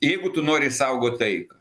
jeigu tu nori išsaugot taiką